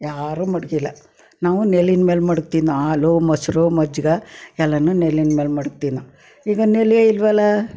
ಯಾರೂ ಮಡಗಿಲ್ಲ ನಾವು ನೆಲ್ಲಿನ ಮೇಲೆ ಮಡಗ್ತೀವಿ ನಾವು ಹಾಲು ಮೊಸರು ಮಜ್ಗೆ ಎಲ್ಲನೂ ನೆಲ್ಲಿನ ಮೇಲೆ ಮಡಗ್ತೀವಿ ನಾವು ಈಗ ನೆಲ್ಲಿಯೇ ಇಲ್ಲವಲ್ಲ